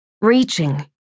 reaching